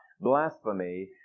blasphemy